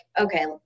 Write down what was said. okay